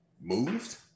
moved